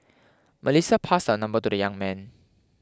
Melissa passed her number to the young man